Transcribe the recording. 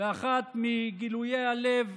באחד מגילויי הלב,